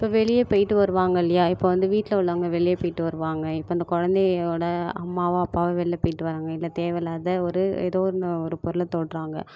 இப்போ வெளியே போய்ட்டு வருவாங்க இல்லையா இப்போ வந்து வீட்டில் உள்ளவங்க வெளியே போய்ட்டு வருவாங்க இப்போ அந்த குழந்தையோட அம்மாவும் அப்பாவும் வெளில போய்ட்டு வராங்க இல்லை தேவயில்லாத ஒரு ஏதோ ஒன்று ஒரு பொருளை தொடுறாங்க